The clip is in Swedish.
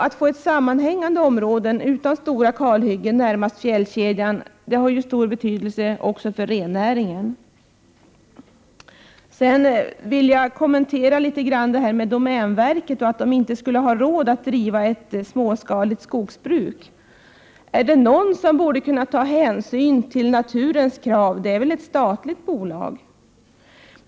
Att få sammanhängande områden utan stora kalhyggen närmast fjällkedjan har stor betydelse också för rennäringen. Sedan vill jag litet grand kommentera påståendet att domänverket inte skulle ha råd att driva ett småskaligt skogsbruk. Är det någon som borde kunna ta hänsyn till naturens krav, så är det väl ett statligt bolag!